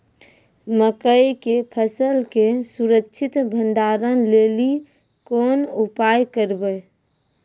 मकई के फसल के सुरक्षित भंडारण लेली कोंन उपाय करबै?